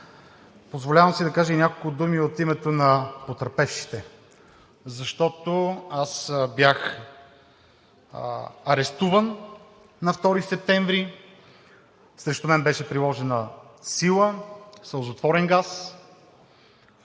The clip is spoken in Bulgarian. Позволявам си да кажа и няколко думи от името на потърпевшите, защото аз бях арестуван на 2 септември. Срещу мен беше приложена сила, сълзотворен газ.